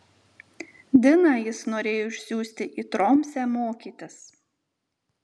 diną jis norėjo išsiųsti į tromsę mokytis